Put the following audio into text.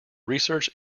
research